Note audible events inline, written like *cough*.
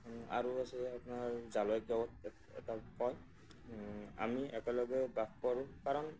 আৰু আছে আপোনাৰ *unintelligible* এটা *unintelligible* আমি একেলগে বাস কৰোঁ কাৰণ